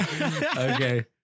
Okay